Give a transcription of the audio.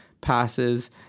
passes